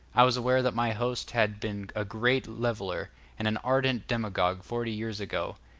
i was aware that my host had been a great leveller and an ardent demagogue forty years ago,